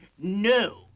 No